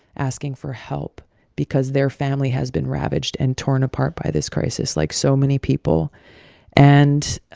asking for help because their family has been ravaged and torn apart by this crisis like so many people and